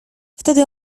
wtedy